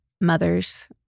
mother's